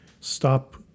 stop